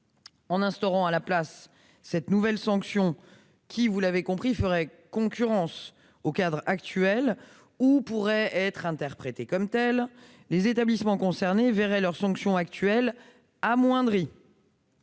dispositions, cette nouvelle sanction qui, vous l'avez compris, ferait concurrence au cadre actuel, ou pourrait être interprétée comme telle, les établissements concernés verraient la sanction qu'ils encourent amoindrie.